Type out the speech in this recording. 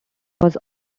was